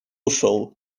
ушел